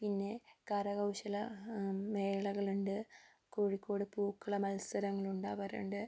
പിന്നെ കരകൗശല മേളകളുണ്ട് കോഴിക്കോട് പൂക്കള മത്സരങ്ങൾ ഉണ്ടാവാറുണ്ട്